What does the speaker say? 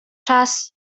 czas